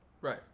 Right